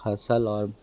फसल और